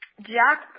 Jack